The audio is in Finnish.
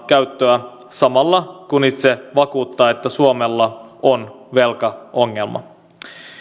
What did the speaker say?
käyttöä samalla kun itse vakuuttaa että suomella on velkaongelma